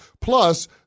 Plus